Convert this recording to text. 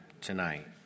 tonight